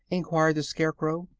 enquired the scarecrow.